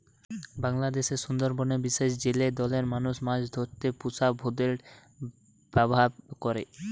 বাংলাদেশের সুন্দরবনের বিশেষ জেলে দলের মানুষ মাছ ধরতে পুষা ভোঁদড়ের ব্যাভার করে